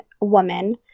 woman